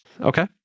okay